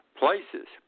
places